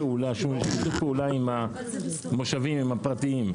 שום שיתוף פעולה עם המושבים, עם הפרטיים.